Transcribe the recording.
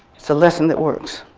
it's a lesson that works.